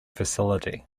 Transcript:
facility